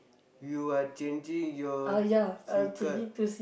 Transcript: you are changing your sim card